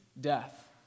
death